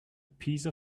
piece